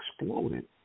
exploded